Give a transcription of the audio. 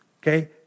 okay